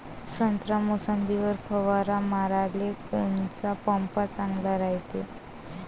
संत्रा, मोसंबीवर फवारा माराले कोनचा पंप चांगला रायते?